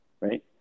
right